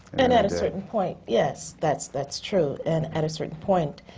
and at a certain point, yes, that's that's true. and at a certain point,